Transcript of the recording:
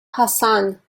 hassan